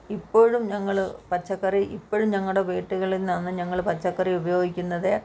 ഇപ്പോഴും ഞങ്ങൾ പച്ചക്കറി ഇപ്പോഴും ഞങ്ങളുടെ വീട്ടുകളിൽ നിന്നാണ് ഞങ്ങൾ പച്ചക്കറികൾ ഉപയോഗിക്കുന്നത്